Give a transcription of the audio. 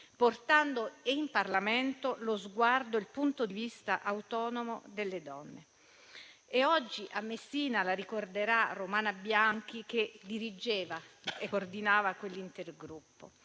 portando in Parlamento lo sguardo e il punto di vista autonomo delle donne. Oggi a Messina la ricorderà Romana Bianchi, che dirigeva e coordinava quell’intergruppo.